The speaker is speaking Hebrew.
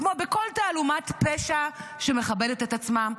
כמו בכל תעלומת פשע שמכבדת את עצמה,